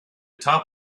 top